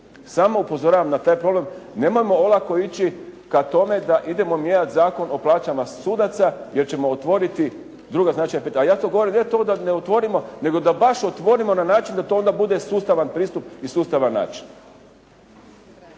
Samo upozoravam na taj problem. Nemojmo olako ići ka tome da idemo mijenjati Zakon o plaćama sudaca jer ćemo otvoriti druga značajna pitanja, a ja to govorim ne to da ne otvorimo, nego da baš otvorimo na način da to onda bude sustavan pristup i sustavan način.